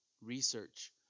research